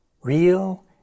real